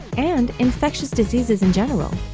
and infectious diseases in general,